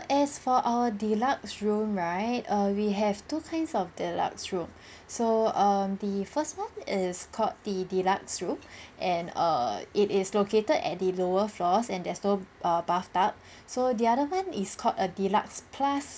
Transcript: as for our deluxe room right err we have two kinds of deluxe room so um the first one is called the deluxe room and err it is located at the lower floors and there's no err bathtub so the other one is called a deluxe plus